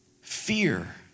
Fear